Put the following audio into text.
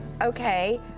Okay